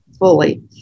Fully